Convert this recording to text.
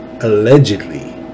allegedly